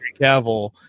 Cavill